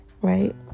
right